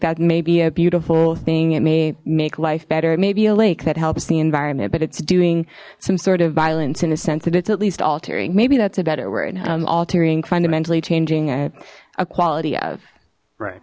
that may be a beautiful thing it may make life better it may be a lake that helps the environment but it's doing some sort of violence in a sense that it's at least altering maybe that's a better word i'm altering fundamentally changing a quality of right